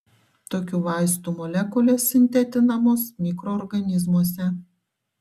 tokių vaistų molekulės sintetinamos mikroorganizmuose